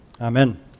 Amen